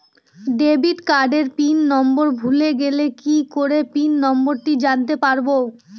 Debit কার্ডের pin number ভুলে গেলে কি করে পিন নম্বরটি জানতে পারবো?